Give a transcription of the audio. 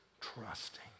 trusting